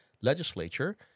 legislature